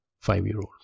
five-year-old